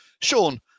Sean